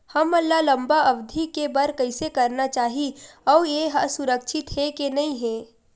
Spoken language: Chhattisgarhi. हमन ला लंबा अवधि के बर कइसे करना चाही अउ ये हा सुरक्षित हे के नई हे?